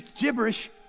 gibberish